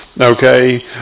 okay